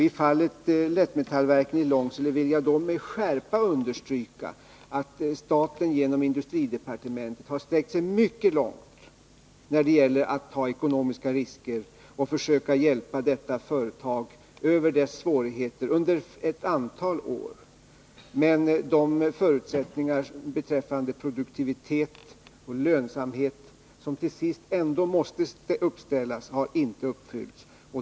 I fallet Lättmetallverket i Långsele vill jag med skärpa understryka att staten genom industridepartementet har sträckt sig mycket långt när det gällt att ta ekonomiska risker och försökt hjälpa detta företag över dess svårigheter under ett antal år. Men de förutsättningar beträffande produktivitet och lönsamhet som till sist ändå måste uppställas har inte uppfyllts.